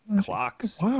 Clocks